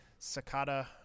Sakata